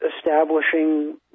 establishing